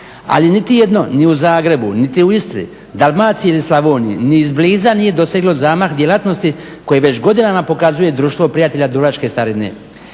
Ali niti jedno ni u Zagrebu, ni u Istri, Dalmaciji ni Slavoniji ni izbliza nije doseglo zamah djelatnosti koje već godinama pokazuje Društvo prijatelja dubrovačke starine.